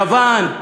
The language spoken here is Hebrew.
יוון,